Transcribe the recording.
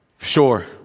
Sure